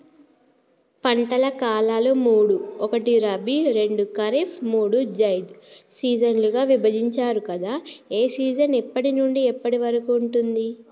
పంటల కాలాలు మూడు ఒకటి రబీ రెండు ఖరీఫ్ మూడు జైద్ సీజన్లుగా విభజించారు కదా ఏ సీజన్ ఎప్పటి నుండి ఎప్పటి వరకు ఉంటుంది?